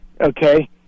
okay